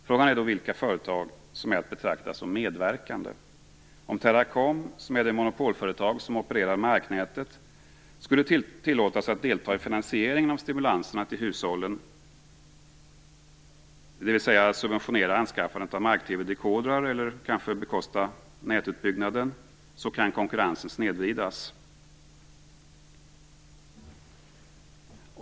Frågan är då vilka företag som är att betrakta som "medverkande". Om Teracom, som är det monopolföretag som opererar marknätet, skulle tillåtas att delta i finansieringen av stimulanserna till hushållen, dvs. subventionera anskaffandet av mark-TV-dekodrar eller kanske bekosta nätutbyggnaden, så kan konkurrensen snedvridas.